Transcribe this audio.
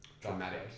dramatic